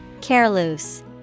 Careless